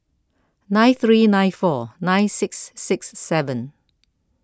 nine three nine four nine six six seven